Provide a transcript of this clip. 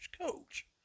coach